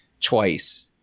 twice